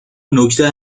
نکته